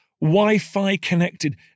Wi-Fi-connected